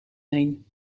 heen